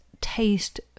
taste